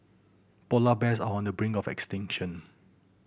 polar bears are on the brink of extinction